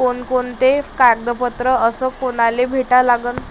कोनकोनते कागदपत्र अस कोनाले भेटा लागन?